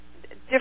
different